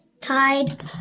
tide